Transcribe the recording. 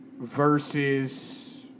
versus